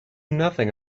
nothing